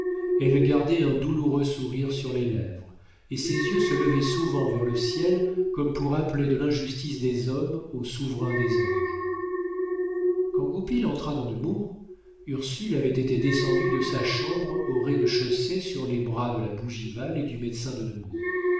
elle gardait un douloureux sourire sur les lèvres et ses yeux se levaient souvent vers le ciel comme pour appeler de l'injustice des hommes au souverain des anges quand goupil entra dans nemours ursule avait été descendue de sa chambre au rez-de-chaussée sur les bras de la bougival et du médecin de